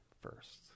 first